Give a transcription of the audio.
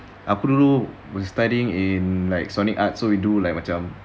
aku dulu was studying in like sonic arts so we do macam